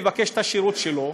לבקש את השירות שלו,